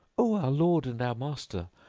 o our lord and our master,